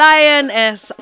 Lioness